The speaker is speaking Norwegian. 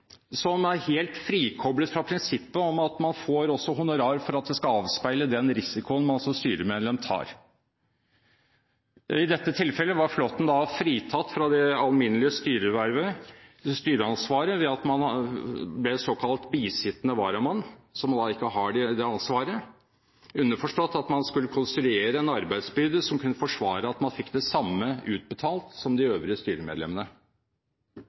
som er helt frikoblet fra prinsippet om at man får honorar som skal avspeile den risikoen man som styremedlem tar. I dette tilfellet var Flåthen fritatt fra det alminnelige styreansvaret ved at han ble såkalt bisittende varamann, som ikke har det ansvaret. Underforstått: Man skulle konstruere en arbeidsbyrde som kunne forsvare at man fikk det samme utbetalt som de øvrige styremedlemmene.